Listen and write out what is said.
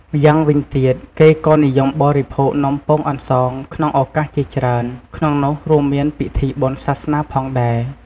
ម្យ៉ាងវិញទៀត គេក៏និយមបរិភោគនំពងអន្សងក្នុងឱកាសជាច្រើន ក្នុងនោះ រួមមានពិធីបុណ្យសាសនាផងដែរ។